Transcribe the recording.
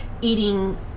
eating